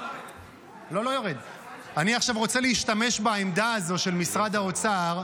אני עכשיו רוצה להשתמש בעמדה הזאת של משרד האוצר,